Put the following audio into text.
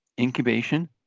incubation